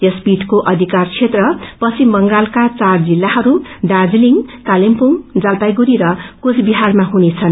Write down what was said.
यस पीठको अधिकार क्षेत्र पश्चिम बंगालका चार जिल्लाहरू दार्जीलिङ कालेबुङ जलपाइगढ़ी र कुछबिहारमा हुनेछन्